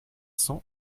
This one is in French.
cents